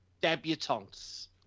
debutantes